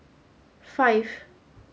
five